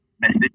message